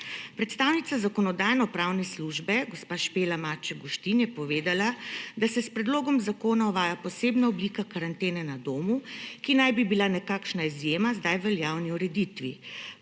Predstavnica Zakonodajno-pravne službe gospa Špela Maček Guštin je povedala, da se s predlogom zakona uvaja posebna oblika karantene na domu, ki naj bi bila nekakšna izjema v zdaj veljavni ureditvi.